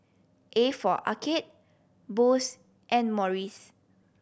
A for Arcade Bose and Morries